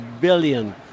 billion